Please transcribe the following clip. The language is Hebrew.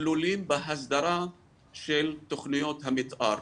כלולים בהסדרה של תכניות המתאר,